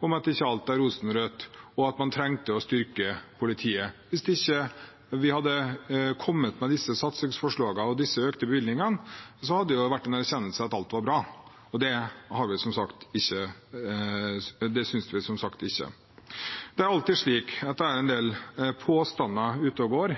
om at ikke alt er rosenrødt, og at man trengte å styrke politiet. Hvis vi ikke hadde kommet med disse satsingsforslagene og de økte bevilgningene, hadde det vært en erkjennelse av at alt var bra. Det synes vi som sagt ikke. Det er alltid slik at det er en del påstander ute og går,